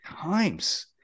times